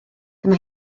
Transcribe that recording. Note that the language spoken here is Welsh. dyma